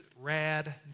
rad